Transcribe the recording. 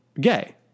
gay